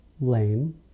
lame